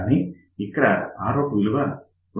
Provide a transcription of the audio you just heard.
కానీ ఇక్కడ Rout విలువ నెగెటివ్